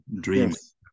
dreams